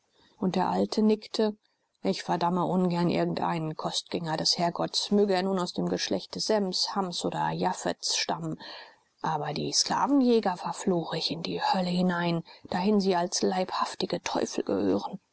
und der alte nickte ich verdamme ungern irgendeinen kostgänger des herrgotts möge er nun aus dem geschlechte sems hams oder japhets stammen aber die sklavenjäger verfluche ich in die hölle hinein dahin sie als leibhaftige teufel gehören